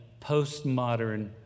postmodern